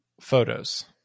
photos